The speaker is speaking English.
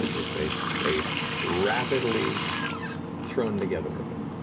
it's a a rapidly thrown together event.